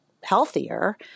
healthier